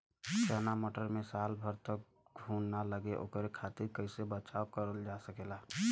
चना मटर मे साल भर तक घून ना लगे ओकरे खातीर कइसे बचाव करल जा सकेला?